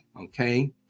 okay